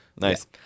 Nice